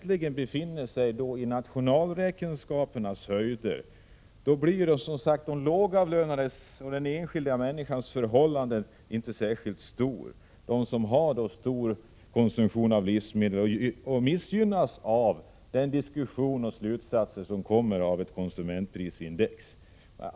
Om man befinner sig på nationalräkenskapernas 7 april 1987 höjder, blir den enskilda människans eller den lågavlönades förhållanden inte särskilt utslagsgivande. Det är de grupper, vilkas konsumtion mest består av livsmedel, som missgynnas av den diskussion och de slutsatser som läggs till grund för ett konsumentprisindex.